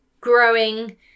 growing